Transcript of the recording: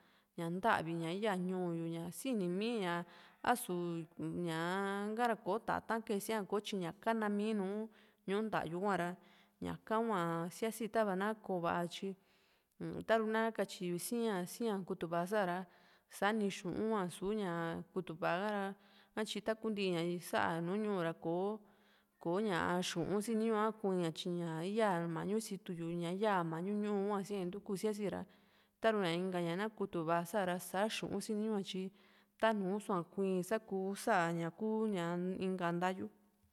ña ntavi ña ya ñuu yu ña síini mii a´su ña ka´ra kò´o tata´n kee síaa tyi ña kana mii nùù ñuu ntáy kuuara ñaka hua síasi tava na ko va´a tyi taru nakatyi yu si´a si´a kutuva sa´ra sani xu´un hua isu ña kutuva ka´ra satyi takuntiña sá nùù ñuu ra kò´o ko ña xu´un siniñu ña ha kui tyi ña ya mañu situ yu ña yaa mañu ñuu hua siaí ntuku síasira taru inka ña na kutuva sá ra sa xu´un siniñu a tyi tanuu so´a kuii sa ku sá ña kuu inka ntayu